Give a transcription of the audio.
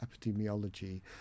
epidemiology